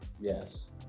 Yes